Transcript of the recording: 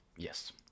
Yes